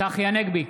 צחי הנגבי,